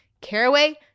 Caraway